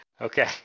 Okay